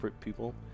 people